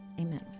Amen